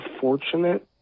fortunate